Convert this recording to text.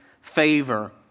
favor